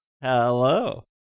hello